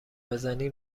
بزنی